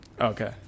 Okay